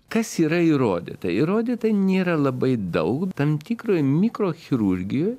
kas yra įrodyta įrodyta nėra labai daug tam tikroj mikrochirurgijoj